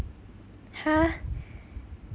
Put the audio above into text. !huh!